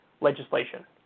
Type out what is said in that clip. legislation